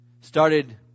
started